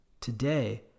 Today